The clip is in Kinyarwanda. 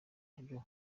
uburyo